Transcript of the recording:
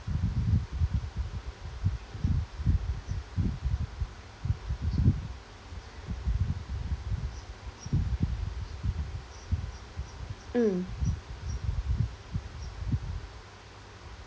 mm